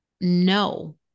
No